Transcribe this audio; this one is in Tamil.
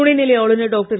துணைநிலை ஆளுநர் டாக்டர்